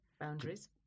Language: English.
boundaries